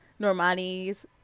Normani's